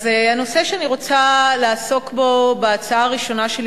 הנושא שאני רוצה לעסוק בו בהצעה הראשונה שלי